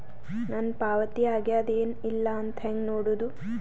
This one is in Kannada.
ನನ್ನ ಪಾವತಿ ಆಗ್ಯಾದ ಏನ್ ಇಲ್ಲ ಅಂತ ಹೆಂಗ ನೋಡುದು?